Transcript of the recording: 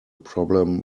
problem